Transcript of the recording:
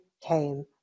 came